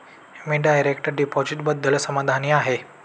मी direct डिपॉझिटबद्दल समाधानी आहे